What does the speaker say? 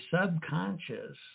subconscious